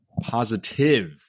positive